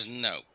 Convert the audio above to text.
no